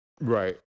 Right